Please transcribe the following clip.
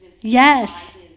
yes